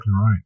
right